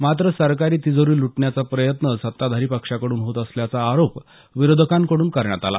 मात्र सरकारी तिजोरी लुटण्याचा प्रयत्न सत्ताधारी पक्षाकडून होत असल्याचा आरोप विरोधकांकडून करण्यात आला